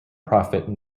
profit